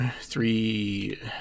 three